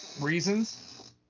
Reasons